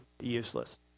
useless